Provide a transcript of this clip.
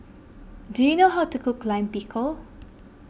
do you know how to cook Lime Pickle